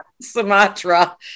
Sumatra